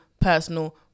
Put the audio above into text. personal